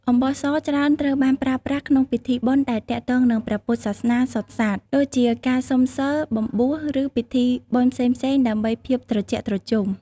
អំបោះសច្រើនត្រូវបានប្រើប្រាស់ក្នុងពិធីបុណ្យដែលទាក់ទងនឹងព្រះពុទ្ធសាសនាសុទ្ធសាធ ដូចជាការសុំសីល បំបួស ឬពិធីបុណ្យផ្សេងៗដើម្បីភាពត្រជាក់ត្រជុំ។